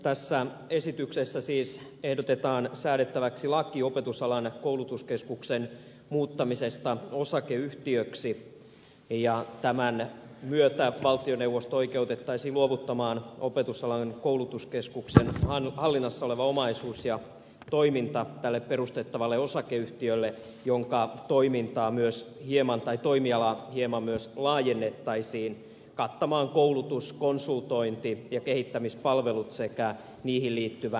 tässä esityksessä siis ehdotetaan säädettäväksi laki opetusalan koulutuskeskuksen muuttamisesta osakeyhtiöksi ja tämän myötä valtioneuvosto oikeutettaisiin luovuttamaan opetusalan koulutuskeskuksen hallinnassa oleva omaisuus ja toiminta tälle perustettavalle osakeyhtiölle jonka toimialaa hieman myös laajennettaisiin kattamaan koulutus konsultointi ja kehittämispalvelut sekä niihin liittyvä liiketoiminta